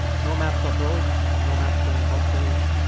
no maps of roads, no maps showing hospitals,